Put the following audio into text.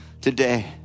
today